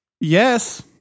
Yes